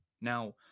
Now